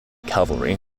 cavalry